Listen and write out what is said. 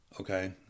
Okay